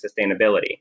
sustainability